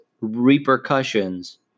repercussions